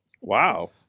Wow